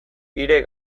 hire